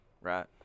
Right